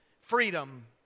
Freedom